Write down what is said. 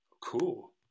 Cool